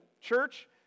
church